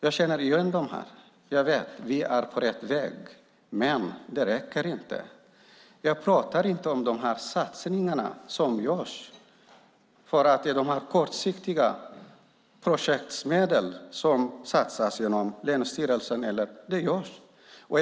Jag känner igen dem, och jag vet att vi är på rätt väg. Men det räcker inte. Jag talar inte om de satsningar som görs. Jag vet att det satsas kortsiktiga projektmedel genom länsstyrelserna.